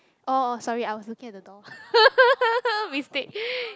oh sorry I was looking at the door mistake